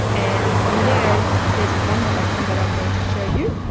and from there, there's one more option that i'm going to show you.